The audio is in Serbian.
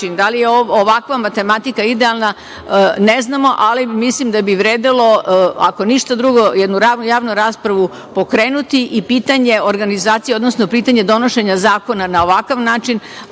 da li je ovakva matematika idealna, ne znamo, ali mislimo da bi vredelo, ako ništa drugo, jednu javnu raspravu pokrenuti i pitanje organizacije, odnosno pitanje donošenja zakona na ovakav način